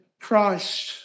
Christ